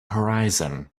horizon